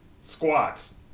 Squats